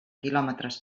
quilòmetres